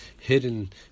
hidden